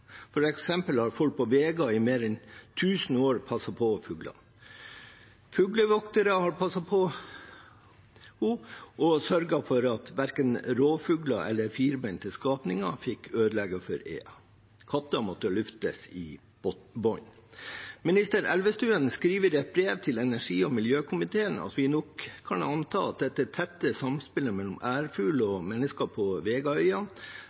har folk på Vega i mer enn tusen år passet på fuglene. Fuglevoktere har passet på og sørget for at verken rovfugler eller firbente skapninger har fått ødelegge for eene – og katter måtte luftes i bånd. Minister Elvestuen skriver i et brev til energi- og miljøkomiteen at vi nok kan anta at dette tette samspillet mellom ærfugl og mennesker på Vegaøyene